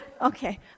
Okay